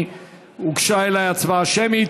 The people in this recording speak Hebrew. הוגשה אליי בקשה.